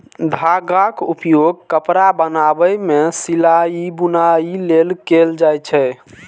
धागाक उपयोग कपड़ा बनाबै मे सिलाइ, बुनाइ लेल कैल जाए छै